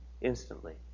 instantly